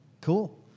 cool